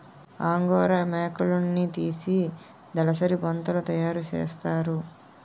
angora మేకలున్నితీసి దలసరి బొంతలు తయారసేస్తారు